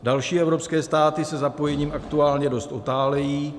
Další evropské státy se zapojením aktuálně dost otálejí.